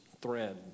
thread